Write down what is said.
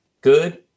good